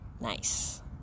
Nice